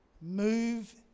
Move